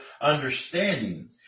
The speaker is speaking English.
understanding